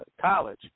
college